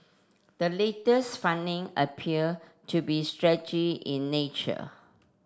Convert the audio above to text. the latest funding appear to be strategy in nature